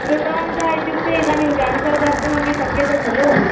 कृतवन्तः इत्युक्ते इदानीं केन्सल् कर्तुमपि शक्यते खलु